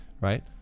right